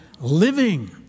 living